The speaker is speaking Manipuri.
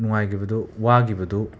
ꯅꯨꯡꯉꯥꯏꯈꯤꯕꯗꯨ ꯋꯥꯈꯤꯕꯗꯨ